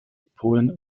polen